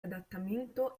adattamento